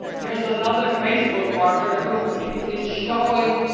here's another facebook marketer who is showing,